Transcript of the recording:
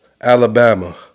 Alabama